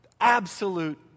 Absolute